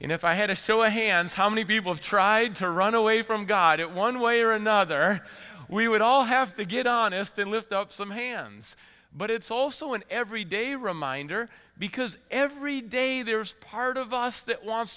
and if i had a show of hands how many people have tried to run away from god it one way or another we would all have to get honest and lift up some hands but it's also an every day reminder because every day there is part of us that wants